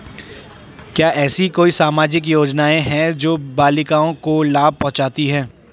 क्या ऐसी कोई सामाजिक योजनाएँ हैं जो बालिकाओं को लाभ पहुँचाती हैं?